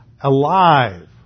alive